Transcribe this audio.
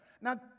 Now